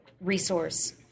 resource